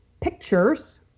pictures